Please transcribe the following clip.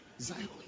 Zion